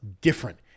different